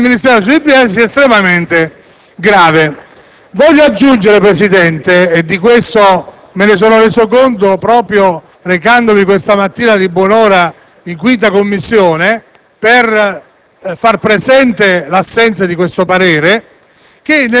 di programmazione economica, sia estremamente grave. Voglio aggiungere, Presidente, e di questo mi sono reso conto proprio recandomi questa mattina di buon'ora in 5aCommissione per far presente l'assenza di tale parere,